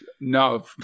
No